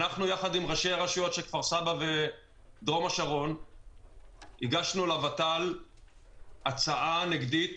יחד עם ראשי הרשויות של כפר-סבא ודרום השרון הגשנו לות"ל הצעה נגדית